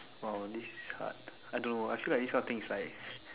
!wow! this is hard I don't know I feel like this kind of thing is like